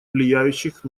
влияющих